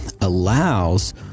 allows